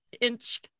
inch